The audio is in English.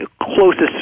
closest